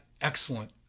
excellent